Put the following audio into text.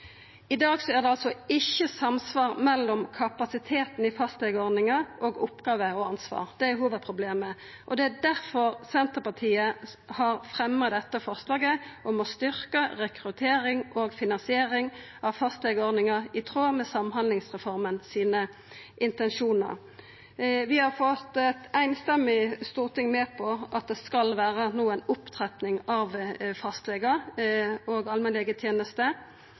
I dag er det ikkje samsvar mellom kapasiteten i fastlegeordninga og oppgåver og ansvar. Det er hovudproblemet. Det er difor Senterpartiet har fremma dette forslaget om å styrkja rekrutteringa og finansieringa av fastlegeordninga i tråd med samhandlingsreformas intensjonar. Vi har fått eit samrøystes storting med på at det no skal vera opptrapping i talet på fastlegar i allmennlegetenesta. Vi har òg fått fleirtal for å gjennomgå finansieringsordninga og